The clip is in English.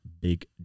Big